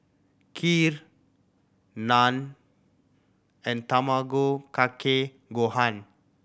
Kheer Naan and Tamago Kake Gohan